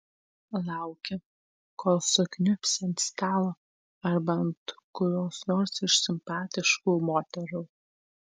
lauki kol sukniubsi ant stalo arba ant kurios nors iš simpatiškų moterų